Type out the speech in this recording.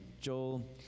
Joel